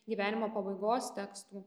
gyvenimo pabaigos tekstų